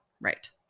Right